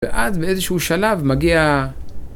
ואז באיזשהו שלב מגיע